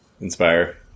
inspire